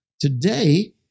today